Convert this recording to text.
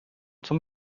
zum